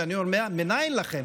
ואני אומר: מניין לכן?